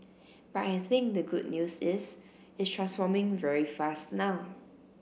but I think the good news is it's transforming very fast now